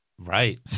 Right